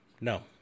No